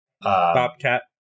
Bobcat